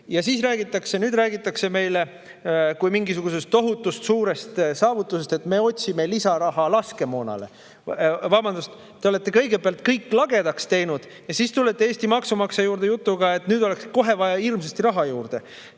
tankitõrjerelvi. Ja nüüd räägitakse meile kui mingisugusest tohutu suurest saavutusest, et me otsime lisaraha laskemoona hankimiseks. Vabandust, te olete kõigepealt kõik lagedaks teinud ja siis tulete Eesti maksumaksja juurde jutuga, et nüüd oleks kohe vaja hirmsasti raha juurde.